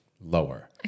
lower